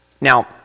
Now